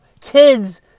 kids